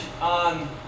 on